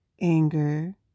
anger